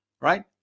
right